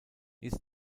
ist